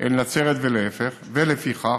אל נצרת ולהפך, ולפיכך,